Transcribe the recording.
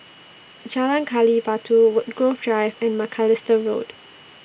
Jalan Gali Batu Woodgrove Drive and Macalister Road